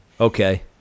Okay